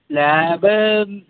lab